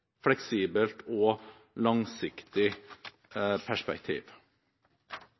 fleksibelt og langsiktig perspektiv.